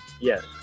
Yes